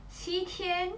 七天